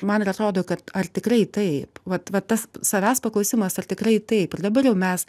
man ir atrodo kad ar tikrai taip vat va tas savęs paklausimas ar tikrai taip ir dabar jau mes